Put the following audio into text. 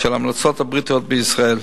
של ההמלצות הבריטיות בישראל.